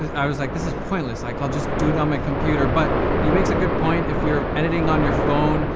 i was like this is pointless like i'll just do it on my computer, but he makes a good point. if you're editing on your phone,